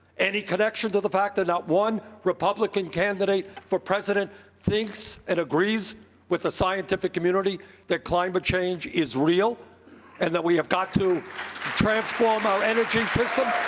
any connection to the fact that not one republican candidate for president thinks and agrees with the scientific community that climate change is real and that we have got to transform our energy system?